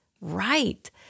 right